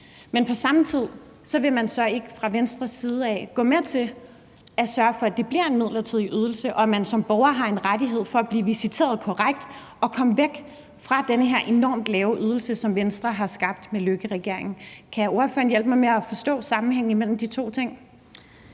men på samme tid vil man så fra Venstres side ikke gå med til at sørge for, at det bliver en midlertidig ydelse, og at man som borger har en ret til at blive visiteret korrekt og komme væk fra den her enormt lave ydelse, som Venstre har skabt med Løkkeregeringen. Kan ordføreren hjælpe mig med at forstå sammenhængen mellem de to ting?